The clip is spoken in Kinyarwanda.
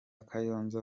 kayonza